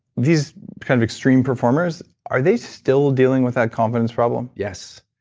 these kind of extreme performers, are they still dealing with that confidence problem? yes,